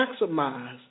maximize